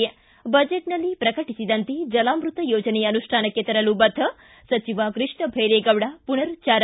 ಿ ಬಜೆಟ್ನಲ್ಲಿ ಪ್ರಕಟಿಸಿದಂತೆ ಜಲಾಮೃತ ಯೋಜನೆ ಅನುಷ್ಠಾನಕ್ಕೆ ತರಲು ಬದ್ದ ಸಚಿವ ಕೃಷ್ಣ ಭೈರೆಗೌಡ ಮನರುಚ್ಚಾರ